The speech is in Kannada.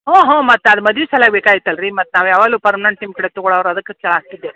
ಹ್ಞೂ ಹ್ಞೂ ಮತ್ತು ಅದು ಮದ್ವೆ ಸಲಾಯ್ ಬೇಕಾಗಿತಲ್ಲ ರೀ ಮತ್ತು ನಾವು ಯಾವಾಗಲೂ ಪರ್ಮನೆಂಟ್ ನಿಮ್ಮ ಕಡೆ ತಗೋಳೊರು ಅದಕ್ಕೆ ಕೇಳಾಕಿದ್ದೆ